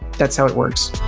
that's how it works.